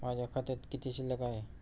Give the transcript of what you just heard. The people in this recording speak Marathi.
माझ्या खात्यात किती शिल्लक आहे?